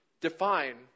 define